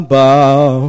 bow